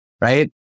right